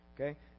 Okay